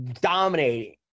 dominating